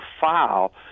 file